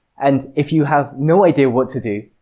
and if you have no idea what to do,